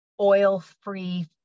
oil-free